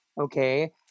okay